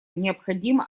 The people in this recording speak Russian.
необходимо